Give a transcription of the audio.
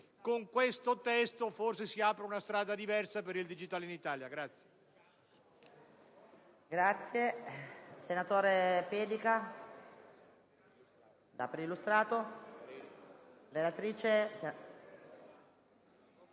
con questo testo forse si apre una strada diversa per il digitale in Italia.